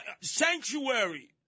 Sanctuary